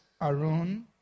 Arun